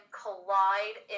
collide